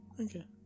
okay